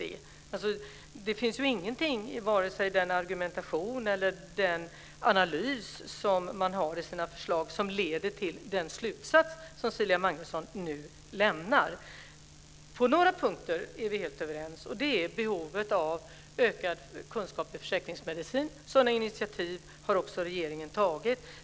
Det finns ingenting i vare sig argumentationen eller analysen i deras förslag som leder till den slutsats som Cecilia På några punkter är vi helt överens. Det gäller t.ex. behovet av ökad kunskap i försäkringsmedicin. Regeringen har också tagit initiativ till det.